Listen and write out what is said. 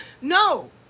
No